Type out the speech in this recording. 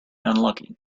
unlucky